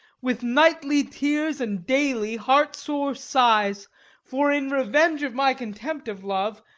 with nightly tears, and daily heart-sore sighs for, in revenge of my contempt of love,